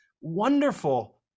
wonderful